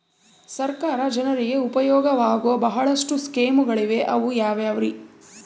ಸರ್ಕಾರ ಜನರಿಗೆ ಉಪಯೋಗವಾಗೋ ಬಹಳಷ್ಟು ಸ್ಕೇಮುಗಳಿವೆ ಅವು ಯಾವ್ಯಾವ್ರಿ?